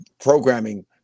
programming